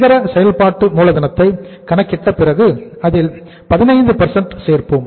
நிகர செயல்பாட்டு மூலதனத்தை கணக்கிட்ட பிறகு அதில் 15 சேர்ப்போம்